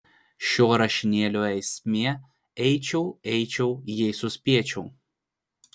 šio rašinėlio esmė eičiau eičiau jei suspėčiau